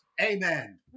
Amen